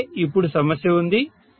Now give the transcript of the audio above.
ఇక్కడే ఇప్పుడు సమస్య వుంది